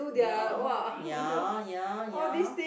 now ya ya ya